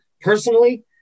Personally